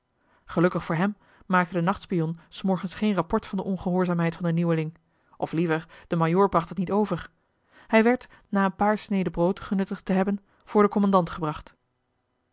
gelukkig voor hem maakte de nachtspion s morgens geen rapport van de ongehoorzaamheid van den nieuweling of liever de majoor bracht het niet over hij werd na een paar sneden brood genuttigd te hebben voor den kommandant gebracht